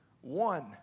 One